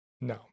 no